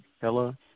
Hello